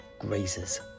grazers